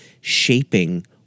shaping